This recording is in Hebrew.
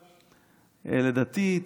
לדעתי,